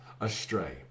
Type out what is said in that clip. astray